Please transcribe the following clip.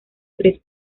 tres